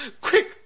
Quick